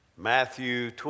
Matthew